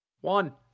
One